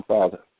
Father